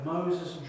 Moses